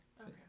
Okay